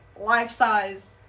life-size